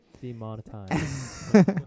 Demonetized